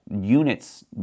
units